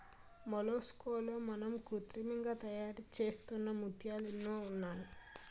మొలస్కాల్లో మనం కృత్రిమంగా తయారుచేస్తున్న ముత్యాలు ఎన్నో ఉన్నాయి